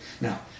now